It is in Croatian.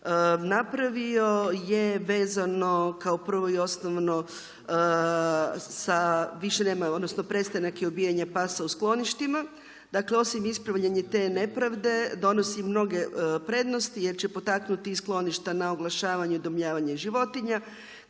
…/Govornica se ne razumije./… odnosno prestanak i ubijanje pasa u skloništima. Dakle, osim ispravljanja te nepravde donosi mnoge prednosti jer će potaknuti i skloništa na oglašavanje i udomljavanje životinja